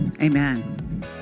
Amen